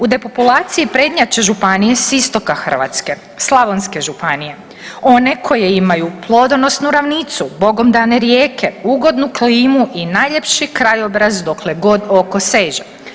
U depopulaciji prednjače županije s istoka Hrvatske, slavonske županije, one koje imaju plodonosnu ravnicu, bogom dane rijeke, ugodnu klimu i najljepši krajobraz dokle god oko seže.